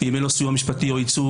ואם אין לו סיוע משפטי או ייצוג,